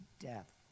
death